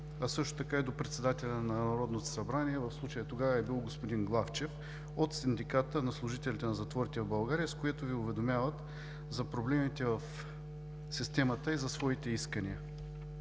а също така и до Председателя на Народното събрание, в случая тогава е бил господин Главчев, е изпратено едно писмо от Синдиката на служителите на затворите в България, с което Ви уведомяват за проблемите в системата и своите искания.